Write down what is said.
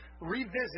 revisit